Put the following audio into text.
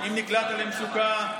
אם נקלעת למצוקה,